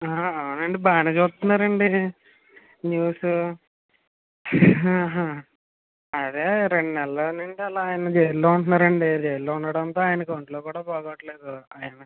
అవునండీ బాగానే చుస్తున్నారండీ న్యూస్ ఆహా అదే రెండు నెలల నుంచి అయన అలా జైల్లో ఉంటున్నారండీ జైల్లో ఉండటంతో ఆయనకి ఒంట్లో కూడా బాగోట్లేదు అయన